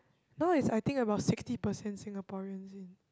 now is I think about sixty percent Singaporeans in